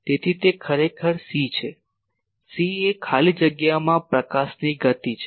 તેથી તે ખરેખર c છે c એ ખાલી જગ્યામાં પ્રકાશની ગતિ છે